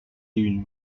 une